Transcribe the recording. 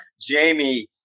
Jamie